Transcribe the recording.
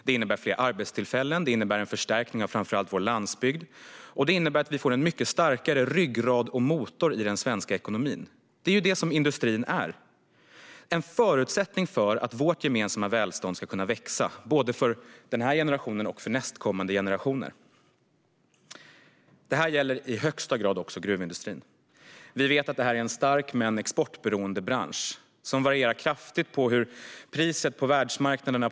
Det innebär fler arbetstillfällen, det innebär en förstärkning av framför allt vår landsbygd och det innebär att vi får en mycket starkare ryggrad och motor i den svenska ekonomin. Industrin är en förutsättning för att vårt gemensamma välstånd ska kunna växa för både den här generationen och nästkommande generationer. Detta gäller också i högsta grad också gruvindustrin. Det är en stark, men exportberoende bransch. Priset på mineraler varierar kraftigt på världsmarknaden.